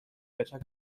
wetter